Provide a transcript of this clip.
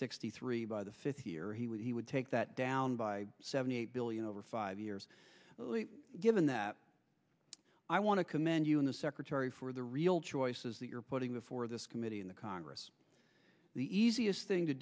sixty three by the fifth year he would take that down by seventy eight billion over five years given that i want to commend you and the secretary for the real choices that you're putting before this committee in the congress the easiest thing to